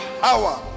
power